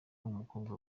w’umukobwa